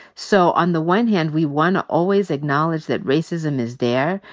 so on the one hand, we want to always acknowledge that racism is there.